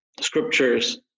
scriptures